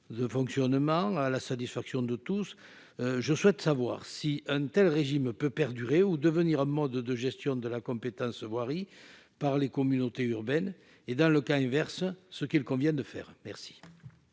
de fonctionnement à la satisfaction de tous, je souhaite savoir si une telle régime peut perdurer ou devenir moment de de gestion de la compétence voirie par les communautés urbaines et dans le cas inverse, ce qu'il convient de faire merci.